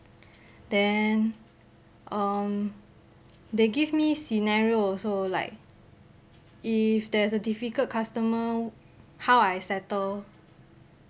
then um they gave me scenario also like if there is a difficult customer how I settle